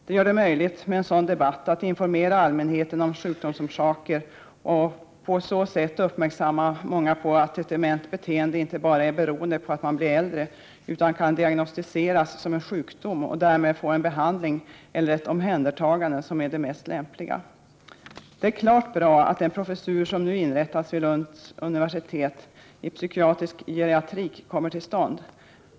En sådan debatt gör det möjligt att informera allmänheten om sjukdomsorsaker och att på så sätt uppmärksamma många på att ett dement beteende inte bara är beroende på att man blir äldre utan kan diagnostiseras som en sjukdom och därmed få en behandling eller ett omhändertagande som är det mest lämpliga. Det är klart bra att den professur som nu inrättas vid Lunds universitet i psykiatrisk geriatrik kommer till stånd.